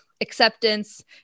acceptance